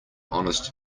honest